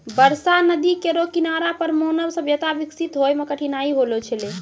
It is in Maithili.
बरसा नदी केरो किनारा पर मानव सभ्यता बिकसित होय म कठिनाई होलो छलै